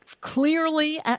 clearly